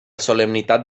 solemnitat